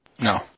No